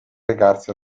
recarsi